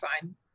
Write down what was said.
fine